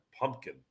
Pumpkin